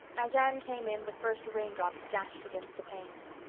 as anne came in the first raindrops dashed against the panes.